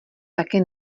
taky